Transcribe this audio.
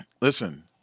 listen